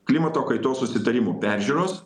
klimato kaitos susitarimų peržiūros